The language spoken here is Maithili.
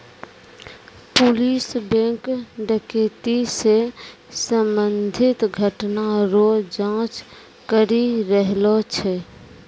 पुलिस बैंक डकैती से संबंधित घटना रो जांच करी रहलो छै